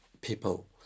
people